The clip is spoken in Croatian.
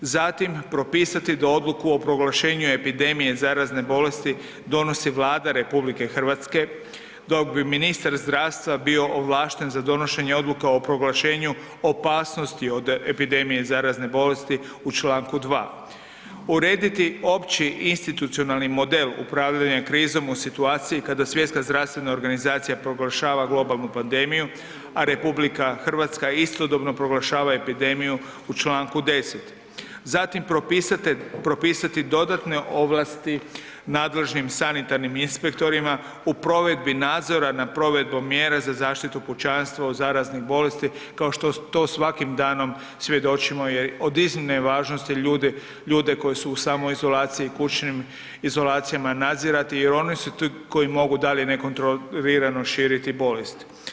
Zatim, propisati da odluku o proglašenju epidemije zarazne bolesti donosi Vlada RH, dok bi ministar zdravstva bio ovlašten za donošenje odluka o proglašenju opasnosti od epidemije zarazne bolesti u čl. 2.; urediti opći institucionalni model upravljanja krizom u situaciji kada Svjetska zdravstvena organizacija proglašava globalnu pandemiju, a RH istodobno proglašava epidemiju u čl. 10.; zatim propisati dodatne ovlasti nadležnim sanitarnim inspektorima u provedbi nadzora nad provedbom mjera za zaštitu pučanstva od zaraznih bolesti, kao što to svakim danom svjedočimo je od iznimne važnosti, ljude koji su u samoizolaciji, kućnim izolacijama nadzirati jer one su ti koji mogu dalje nekontrolirano širiti bolesti.